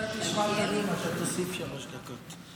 כשאתה תשמע את הנאום אתה תוסיף שלוש דקות.